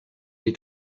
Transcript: est